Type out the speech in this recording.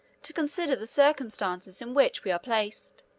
to consider the circumstances in which we are placed.